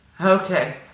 Okay